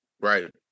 Right